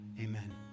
amen